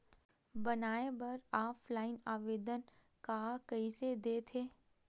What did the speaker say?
बनाये बर ऑफलाइन आवेदन का कइसे दे थे?